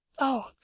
Oh